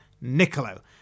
Niccolo